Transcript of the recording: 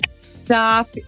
stop